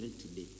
today